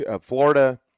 Florida